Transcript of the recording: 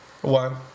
One